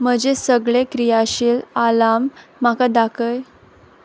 म्हजे सगळे क्रियाशील आलार्म म्हाका दाखय